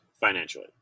financially